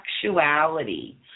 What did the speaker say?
sexuality